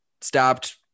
stopped